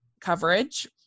coverage